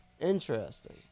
Interesting